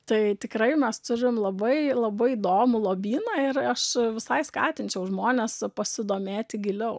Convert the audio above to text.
tai tikrai mes turim labai labai įdomų lobyną ir aš visai skatinčiau žmones pasidomėti giliau